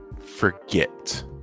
forget